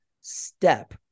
step